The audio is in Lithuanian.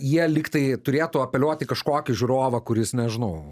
jie lygtai turėtų apeliuot į kažkokį žiūrovą kuris nežinau